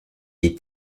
est